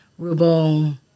Rubel